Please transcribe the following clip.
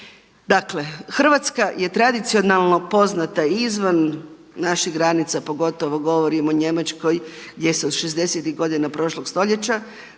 Dakle, Hrvatska je tradicionalno poznata i izvan naših granica pogotovo govorim o Njemačkoj gdje se od 60.tih godina prošlog stoljeća